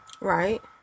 Right